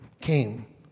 came